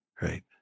right